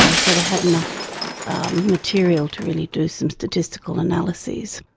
ah so they had enough material to really do some statistical analyses.